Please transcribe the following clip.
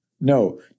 No